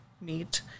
meet